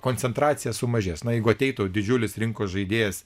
koncentracija sumažės na jeigu ateitų didžiulis rinkos žaidėjas